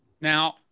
Now